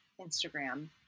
Instagram